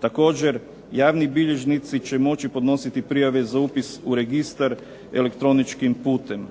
Također javni bilježnici će moći podnositi prijave za upis u registar elektroničkim putem.